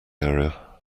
area